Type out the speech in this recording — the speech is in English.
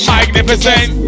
Magnificent